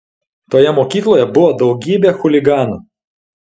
toje mokykloje buvo daugybė chuliganų